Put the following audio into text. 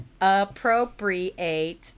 appropriate